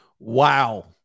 Wow